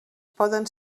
poden